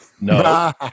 No